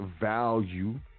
value